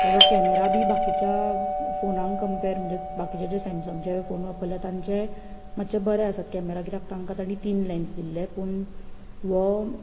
ताचो कॅमेरा बी बाकीच्या फोनांक कंम्पेर म्हणजे बाकीच्या ज्या सॅमसंग फोन वापरला तांचे मातशे बरें आसात कॅमेरा कित्याक तांकां ताणीन तीन लँस दिल्ले पूण हो